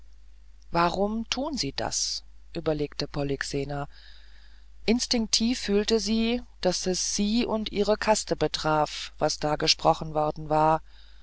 warum tun sie das überlegte polyxena instinktiv fühlte sie daß es sie und ihre kaste betraf was da gesprochen worden war